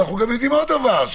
אנחנו יודעים עוד דבר.